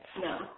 No